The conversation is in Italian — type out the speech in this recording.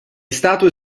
statue